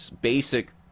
basic